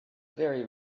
very